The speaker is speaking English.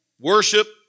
worship